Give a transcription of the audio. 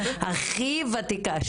הכי ותיקה,